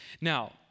Now